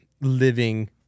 living